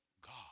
God